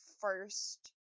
first